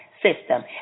system